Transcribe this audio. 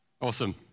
Awesome